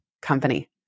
company